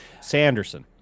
Sanderson